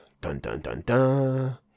Dun-dun-dun-dun